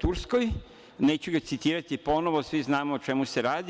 Turskoj, neću ga citirati ponovo, svi znamo o čemu se radi.